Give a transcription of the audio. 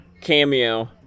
cameo